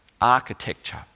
architecture